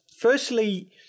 firstly